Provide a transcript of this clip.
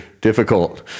difficult